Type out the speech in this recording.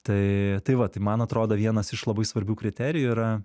tai tai va tai man atrodo vienas iš labai svarbių kriterijų yra